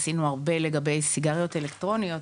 עשינו הרבה לגבי סיגריות אלקטרוניות,